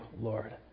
Lord